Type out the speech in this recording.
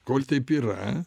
kol teip yra